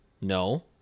No